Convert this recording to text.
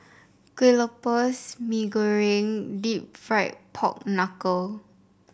Kueh Lopes Mee Goreng deep fried Pork Knuckle